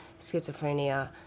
schizophrenia